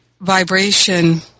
vibration